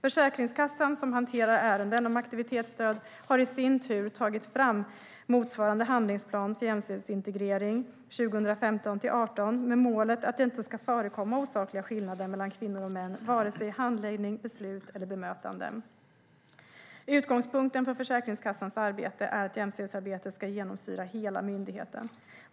Försäkringskassan, som hanterar ärenden om aktivitetsstöd, har i sin tur tagit fram en motsvarande handlingsplan för jämställdhetsintegrering 2015-2018 med målet att det inte ska förekomma osakliga skillnader mellan kvinnor och män, vare sig i handläggning, beslut eller bemötanden. Utgångspunkten för Försäkringskassans arbete är att jämställdhetsarbetet ska genomsyra hela myndigheten.